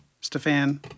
Stefan